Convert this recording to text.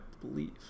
believe